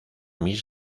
mis